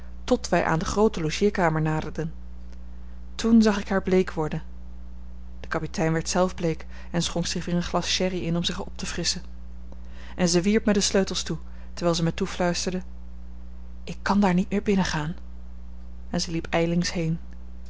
totdat wij aan de groote logeerkamer naderden toen zag ik haar bleek worden de kapitein werd zelf bleek en schonk zich weer een glas sherry in om zich op te frisschen en zij wierp mij de sleutels toe terwijl zij mij toefluisterde ik kan daar niet meer binnen gaan en ze liep ijlings heen